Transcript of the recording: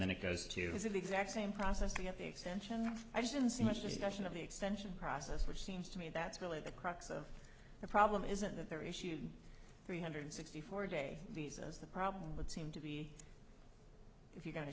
then it goes to his exact same process to get the extension i didn't see much discussion of the extension process which seems to me that's really the crux of the problem isn't that the issue three hundred sixty four day visas the problem would seem to be if you're going to